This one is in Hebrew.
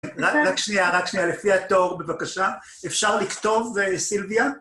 רק שנייה, רק שנייה, לפי התואר, בבקשה, אפשר לכתוב, סילביה?